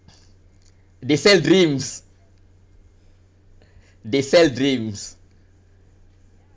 they sell dream they sell dreams